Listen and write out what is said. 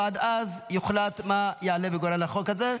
ועד אז יוחלט מה יעלה בגורל החוק הזה.